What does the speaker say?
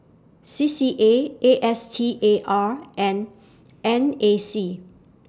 C C A A S T A R and N A C